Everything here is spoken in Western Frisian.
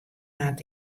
moat